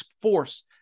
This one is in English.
force